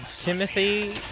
Timothy